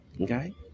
okay